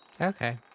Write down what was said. Okay